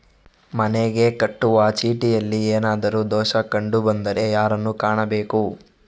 ಮನೆಗೆ ಕಟ್ಟುವ ಚೀಟಿಯಲ್ಲಿ ಏನಾದ್ರು ದೋಷ ಕಂಡು ಬಂದರೆ ಯಾರನ್ನು ಕಾಣಬೇಕು?